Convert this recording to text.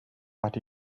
but